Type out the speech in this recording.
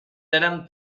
érem